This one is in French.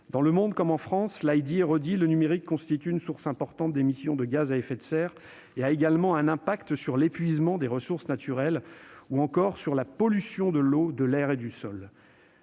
Dans le monde, comme en France, cela a été dit et redit, le numérique constitue une source importante de gaz à effet de serre. Il a également un impact sur l'épuisement des ressources naturelles, ainsi que sur la pollution de l'eau, de l'air et du sol.